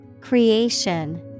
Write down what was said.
Creation